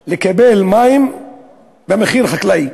אפשרות לקבל מים במחיר חקלאי.